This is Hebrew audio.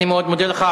אני מאוד מודה לך.